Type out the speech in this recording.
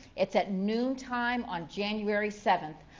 it's at noontime on january seventh.